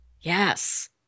Yes